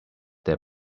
their